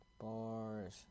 bars